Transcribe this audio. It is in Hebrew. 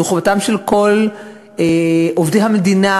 זו חובתם של כל עובדי המדינה,